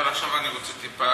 אבל עכשיו אני רוצה טיפה,